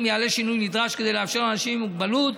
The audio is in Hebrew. יעלה שינוי נדרש כדי לאפשר לאנשים עם מוגבלות